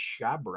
Shabra